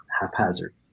haphazard